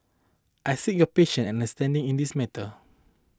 I seek your patience and understanding on this matter